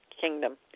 kingdom